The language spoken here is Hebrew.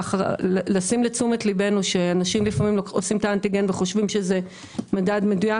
לשים לתשומת ליבנו שאנשים עושים את האנטיגן וחושבים שזה מדד מדויק,